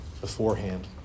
beforehand